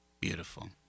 Beautiful